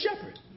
shepherd